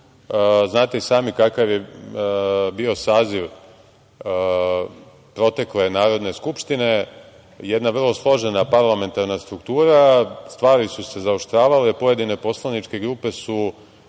Znate i sami kakav je bio saziv protekle Narodne skupštine, jedna vrlo složena parlamentarna struktura. Stvari su se zaoštravale, pojedine poslaničke grupe su